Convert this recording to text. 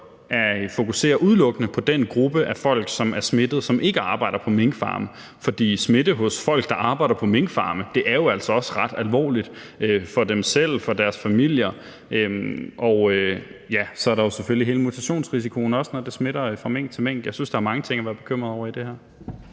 fokuserer på den gruppe af folk, som er smittet, som ikke arbejder på minkfarme. For smitte hos folk, der arbejder på minkfarme, er jo altså også ret alvorligt for dem selv og for deres familier. Og så er der jo selvfølgelig også hele mutationsrisikoen, når det smitter fra mink til mink. Jeg synes, der er mange ting at være bekymret over i det her.